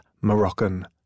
Moroccan